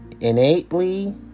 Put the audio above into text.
...innately